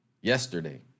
yesterday